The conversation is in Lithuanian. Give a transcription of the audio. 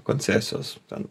koncesijos ten